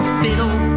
fiddle